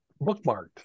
bookmarked